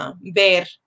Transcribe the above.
ver